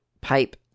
pipe